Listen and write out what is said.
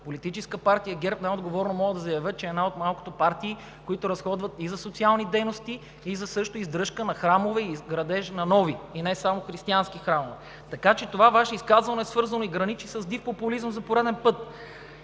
Политическа партия ГЕРБ най-отговорно мога да заявя, че е една от малкото партии, които разходват и за социални дейности, и за издръжка на храмове, и градеж на нови, и не само християнски храмове. Така че това Ваше изказване е свързано и граничи с див популизъм за пореден път.